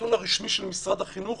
הנתון הרשמי של משרד הבריאות